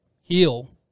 heal